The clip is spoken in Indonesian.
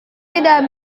tidak